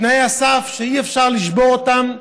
תנאי סף שאי-אפשר לשבור אותם,